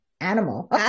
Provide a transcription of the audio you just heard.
animal